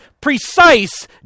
precise